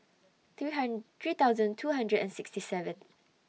three hundred three thousand two hundred and sixty seven